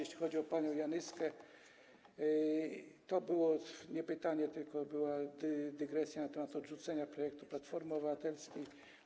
Jeśli chodzi o panią Janyską, to było to nie pytanie, tylko dygresja na temat odrzucenia projektu Platformy Obywatelskiej.